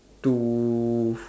to